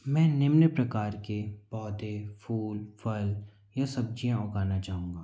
मैं निम्न प्रकार के पौधे फूल फल या सब्ज़ियाँ उगाना चाहूँगा